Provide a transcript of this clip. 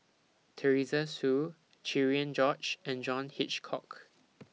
Teresa Hsu Cherian George and John Hitchcock